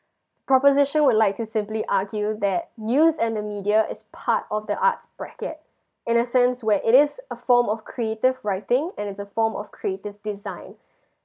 proposition would like to simply argue that news and the media is part of the arts bracket in a sense where it is a form of creative writing and it's a form of creative design